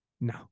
No